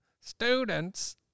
Students